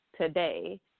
today